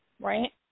right